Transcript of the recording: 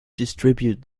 distribute